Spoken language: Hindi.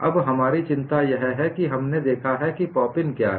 अब हमारी चिंता यह है कि हमने देखा है कि पॉप इन क्या है